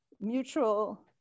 mutual